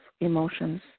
emotions